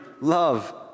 love